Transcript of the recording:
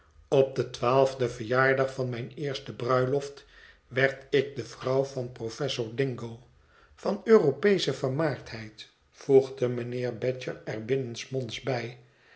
op den twaalfden verjaardag van mijne eerste bruiloft werd ik de vrouw van professor dingo van europeesche vermaardheid voegde mijnheer badger er binnensmonds bij